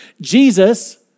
Jesus